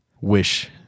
wish